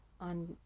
on